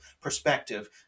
perspective